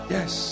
Yes